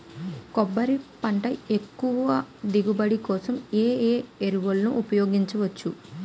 కొబ్బరి పంట ఎక్కువ దిగుబడి కోసం ఏ ఏ ఎరువులను ఉపయోగించచ్చు?